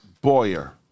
Boyer